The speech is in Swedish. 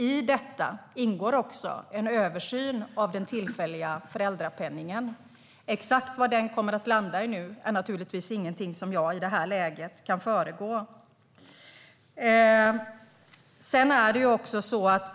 I detta ingår en översyn av den tillfälliga föräldrapenningen. Exakt vad den kommer att landa i är naturligtvis ingenting som jag i det här läget kan föregå.